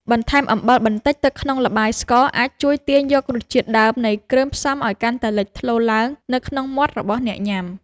បន្ថែមអំបិលបន្តិចទៅក្នុងល្បាយស្ករអាចជួយទាញយករសជាតិដើមនៃគ្រឿងផ្សំឱ្យកាន់តែលេចធ្លោឡើងនៅក្នុងមាត់របស់អ្នកញ៉ាំ។